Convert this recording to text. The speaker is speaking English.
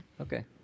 Okay